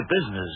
business